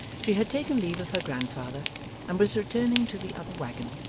she had taken leave of her grandfather and was returning to the other waggon,